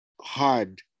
hard